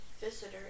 visitor